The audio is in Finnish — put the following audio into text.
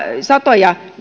satoja